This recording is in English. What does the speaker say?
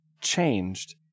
changed